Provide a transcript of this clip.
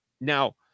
Now